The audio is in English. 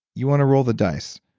you want to roll the dice.